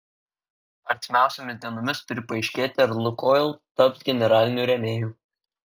artimiausiomis dienomis turi paaiškėti ar lukoil taps generaliniu rėmėju